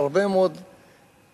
הרבה מאוד דרישות,